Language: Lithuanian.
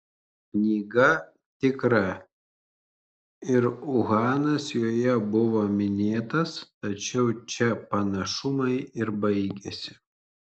knyga tikra ir uhanas joje buvo minėtas tačiau čia panašumai ir baigiasi